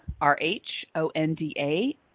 R-H-O-N-D-A